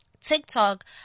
TikTok